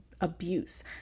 abuse